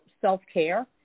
self-care